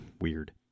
weird